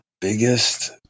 biggest